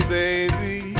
baby